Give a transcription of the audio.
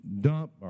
dump